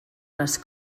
les